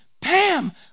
Pam